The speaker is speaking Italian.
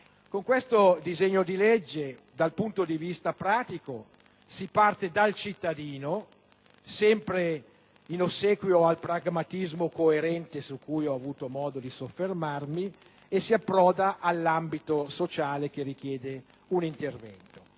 Con questo disegno di legge, dal punto di vista pratico, si parte dal cittadino, sempre in ossequio al pragmatismo coerente su cui ho avuto modo di soffermarmi, e si approda all'ambito sociale, che richiede un intervento.